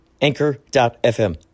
Anchor.fm